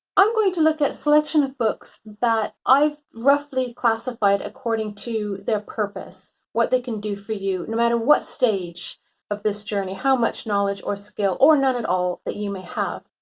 i'm going to look at selection of books that i've roughly classified according to their purpose. what they can do for you, no matter what stage of this journey, how much knowledge or skill or none at all that you may have.